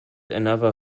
another